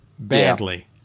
Badly